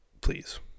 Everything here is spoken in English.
Please